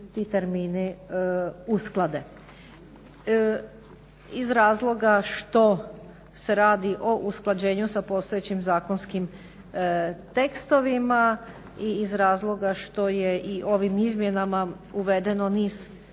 ti termini usklade. Iz razloga što se radi o usklađenju sa postojećim zakonskim tekstovima i iz razloga što je i ovim izmjenama uvedeno niz